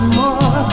more